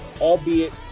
albeit